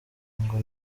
ngo